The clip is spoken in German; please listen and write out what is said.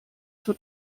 zur